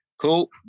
cool